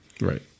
Right